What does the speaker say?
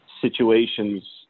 situations